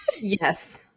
yes